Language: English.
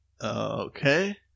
Okay